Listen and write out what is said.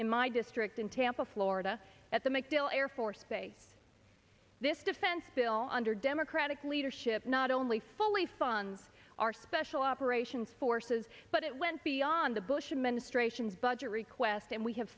in my district in tampa florida at the mcdill air force base this defense bill under democratic leadership not only fully funds our special operations forces but it went beyond the bush administration's budget request and we have